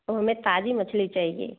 तो हमें ताज़ी मछली चाहिए